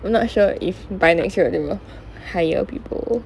I'm not sure if by next year they will hire people